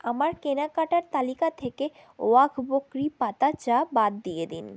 আমার কেনাকাটার তালিকা থেকে ওয়াঘ বকরি পাতা চা বাদ দিয়ে দিন